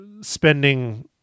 spending